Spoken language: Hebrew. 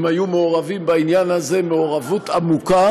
היו מעורבים בעניין הזה מעורבות עמוקה,